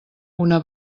una